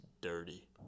dirty